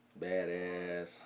Badass